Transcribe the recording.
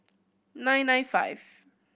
nine nine five